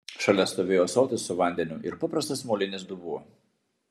šalia stovėjo ąsotis su vandeniu ir paprastas molinis dubuo